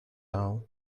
all